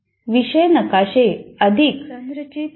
विषय नकाशे अधिक संरचित आहेत